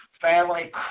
family